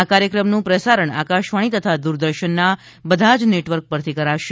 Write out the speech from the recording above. આ કાર્યક્રમનું પ્રસારણ આકાશવાણી તથા દૂરદર્શનના બધા જ નેટવર્ક પરથી કરશે